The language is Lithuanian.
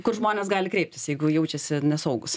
kur žmonės gali kreiptis jeigu jaučiasi nesaugūs